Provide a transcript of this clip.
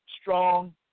strong